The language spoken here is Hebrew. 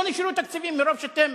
לא נשארו תקציבים מרוב שאתם